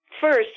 first